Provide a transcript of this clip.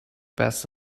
best